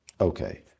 Okay